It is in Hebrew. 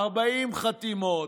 40 חתימות,